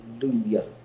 Hallelujah